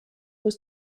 was